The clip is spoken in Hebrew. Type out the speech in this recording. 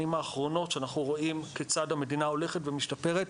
האחרונות שאנחנו רואים כיצד המדינה הולכת ומשתפרת.